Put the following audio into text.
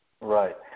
Right